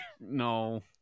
No